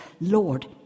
Lord